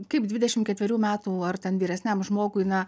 kaip dvidešim ketverių metų ar ten vyresniam žmogui na